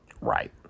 Right